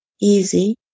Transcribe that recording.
easy